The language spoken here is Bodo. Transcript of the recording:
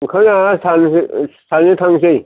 ओंखाम जानानै सानैजों थांसै